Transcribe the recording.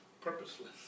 purposeless